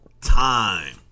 time